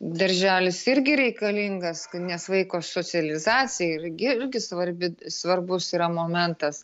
darželis irgi reikalingas nes vaiko socializacija irgi irgi svarbi svarbus yra momentas